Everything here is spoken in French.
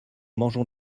mangeons